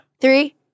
Three